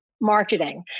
marketing